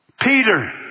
Peter